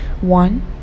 one